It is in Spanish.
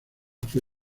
fue